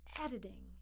editing